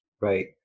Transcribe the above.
Right